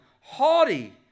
haughty